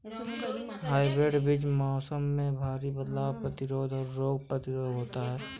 hybrid बीज मौसम में भारी बदलाव के प्रतिरोधी और रोग प्रतिरोधी होते हैं